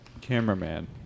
cameraman